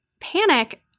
panic –